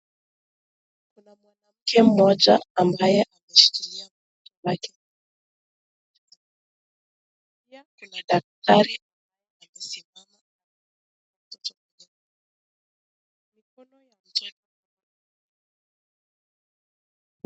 Kuna mwanaume moja ambaye pia kuna madakitari